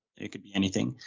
it could be anything.